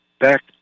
back